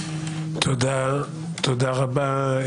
תודה רבה,